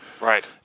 Right